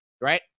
right